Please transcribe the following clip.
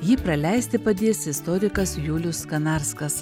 jį praleisti padės istorikas julius kanarskas